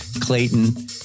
Clayton